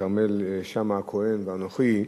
כרמל שאמה-הכהן ואנוכי,